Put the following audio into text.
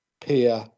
peer